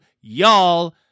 y'all